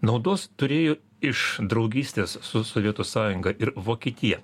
naudos turėjo iš draugystės su sovietų sąjunga ir vokietija